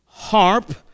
harp